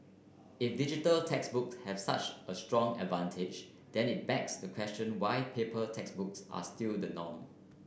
if digital textbooks have such a strong advantage then it begs the question why paper textbooks are still the norm